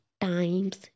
times